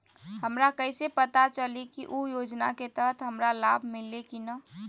हमरा कैसे पता चली की उ योजना के तहत हमरा लाभ मिल्ले की न?